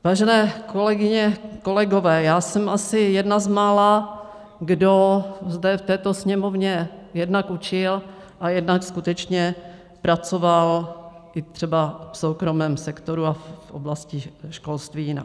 Vážené kolegyně, kolegové, já jsem asi jedna z mála, kdo v této Sněmovně jednak učil a jednak skutečně pracoval i třeba v soukromém sektoru a v oblasti školství jinak.